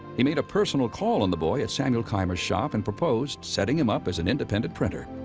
he made a personal call on the boy at samuel keimer's shop and proposed setting him up as an independent printer.